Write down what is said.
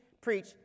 preach